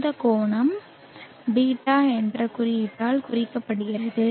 அந்த கோணம் β என்ற குறியீட்டால் குறிக்கப்படுகிறது